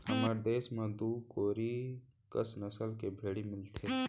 हमर देस म दू कोरी कस नसल के भेड़ी मिलथें